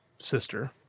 sister